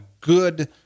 good